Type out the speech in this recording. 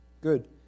Good